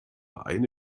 eine